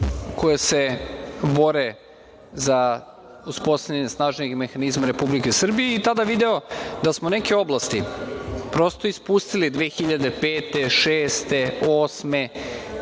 koje se bore za uspostavljanje snažnijeg mehanizma Republike Srbije. I tada sam video da smo neke oblasti, prosto, ispustili 2005, 2006, 2008.